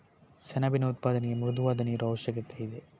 ಸೆಣಬಿನ ಉತ್ಪಾದನೆಗೆ ಮೃದುವಾದ ನೀರು ಅವಶ್ಯಕತೆಯಿದೆ